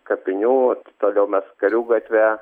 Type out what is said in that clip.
kapinių toliau mes karių gatve